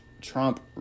Trump